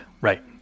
right